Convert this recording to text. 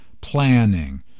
planning